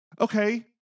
Okay